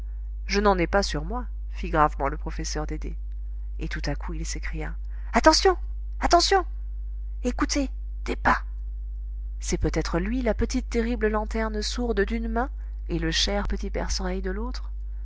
je n'en ai pas sur moi fit gravement le professeur dédé et tout à coup il s'écria attention attention écoutez des pas c'est peut-être lui la petite terrible lanterne sourde d'une main et le cher petit perce oreille de l'autre